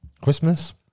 Christmas